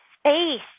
space